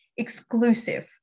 exclusive